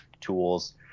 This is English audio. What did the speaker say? tools